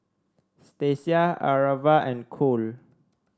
Stasia Aarav and Cole